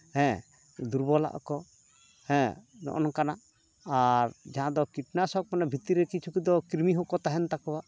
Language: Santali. ᱦᱮᱸ ᱫᱩᱨᱵᱚᱞᱚᱜᱼᱟ ᱠᱚ ᱦᱮᱸ ᱱᱚᱜᱼᱚ ᱱᱚᱝᱠᱟᱱᱟᱜ ᱟᱨ ᱡᱟᱦᱟᱸ ᱫᱚ ᱠᱤᱴᱱᱟᱥᱚᱠ ᱢᱟᱱᱮ ᱵᱷᱤᱛᱨᱤ ᱨᱮ ᱠᱤᱪᱷᱩ ᱠᱚᱫᱚ ᱠᱨᱤᱢᱤ ᱦᱚᱸᱠᱚ ᱛᱟᱦᱮᱱ ᱛᱟᱠᱚᱣᱟ